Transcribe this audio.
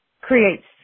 creates